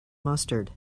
mustard